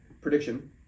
prediction